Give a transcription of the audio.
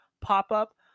pop-up